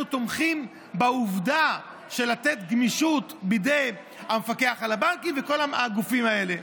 אנחנו תומכים במתן גמישות בידי המפקח על הבנקים וכל הגופים האלה.